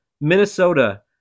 Minnesota